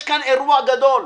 יש כאן אירוע גדול.